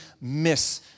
miss